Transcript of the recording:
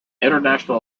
international